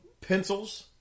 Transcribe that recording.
pencils